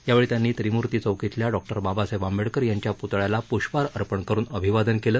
यावेळी त्यांनी त्रिमुर्ती चौक श्विल्या डॉक्टर बाबासाहेब आंबेडकर यांच्या पुतळयाला पुष्पहार अर्पण करुन अभिवादन केलं